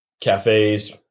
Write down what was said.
cafes